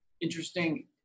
interesting